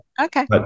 Okay